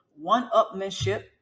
one-upmanship